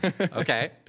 Okay